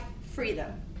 freedom